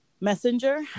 messenger